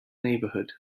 neighbourhood